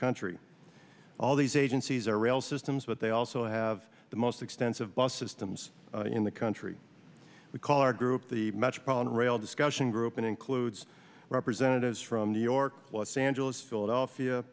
country all these agencies are rail systems but they also have the most extensive bus systems in the country we call our group the metropolitan rail discussion group and includes representatives from new york what's angeles philadelphia